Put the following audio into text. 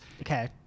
Okay